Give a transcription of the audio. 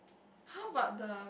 how about the